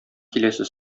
киләсе